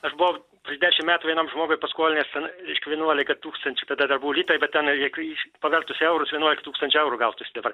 aš buvau prieš dešim metų vienam žmogui paskolinęs ten reiškia vienuolika tūkstančių tada dar buvo litai bet ten jeigu pavertus į eurus vienuolika tūkstančių eurų gautųs dabar